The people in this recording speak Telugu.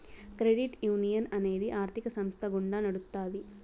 క్రెడిట్ యునియన్ అనేది ఆర్థిక సంస్థ గుండా నడుత్తాది